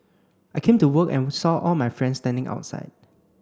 I came to work and saw all my friends standing outside